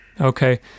Okay